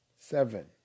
Seven